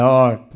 Lord